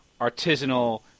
artisanal